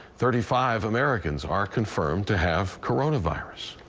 thirty five americans are confirmed to have coronavirus.